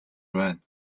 байна